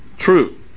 true